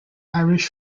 irish